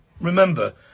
remember